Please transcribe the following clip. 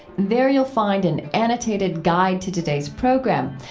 there you'll find an annotated guide to today's program.